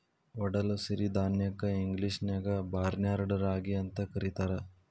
ಒಡಲು ಸಿರಿಧಾನ್ಯಕ್ಕ ಇಂಗ್ಲೇಷನ್ಯಾಗ ಬಾರ್ನ್ಯಾರ್ಡ್ ರಾಗಿ ಅಂತ ಕರೇತಾರ